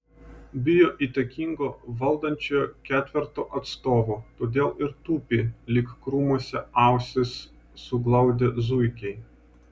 bijo įtakingo valdančiojo ketverto atstovo todėl ir tupi lyg krūmuose ausis suglaudę zuikiai